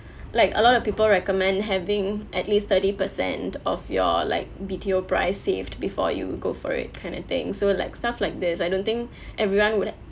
like a lot of people recommend having at least thirty percent of your like B_T_O price saved before you go for it kind of thing so like stuff like this I don't think everyone would